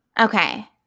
Okay